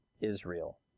Israel